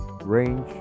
range